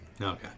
Okay